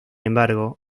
embargo